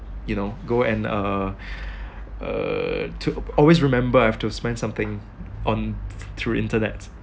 you know go and uh uh to always remember I have to spend something on through internet